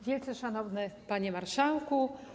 Wielce Szanowny Panie Marszałku!